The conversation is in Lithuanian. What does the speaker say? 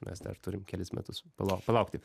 mes dar turim kelis metus palauk palaukti